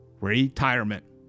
Retirement